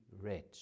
rich